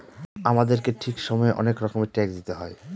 আমাদেরকে ঠিক সময়ে অনেক রকমের ট্যাক্স দিতে হয়